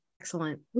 Excellent